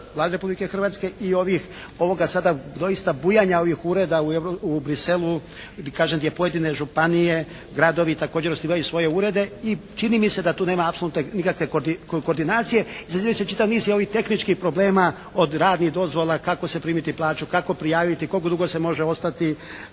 Vlade Republike Hrvatske i ovih, ovoga sada doista bujanja ovih ureda u Bruxellesu kažem gdje pojedine županije, gradovi također osnivaju svoje urede i čini mi se da tu nema apsolutno nikakve koordinacije, …/Govornik se ne razumije./… čitav niz i ovih tehničkih problema od radnih dozvola kako se primiti plaću, kako prijaviti, koliko dugo se može ostati,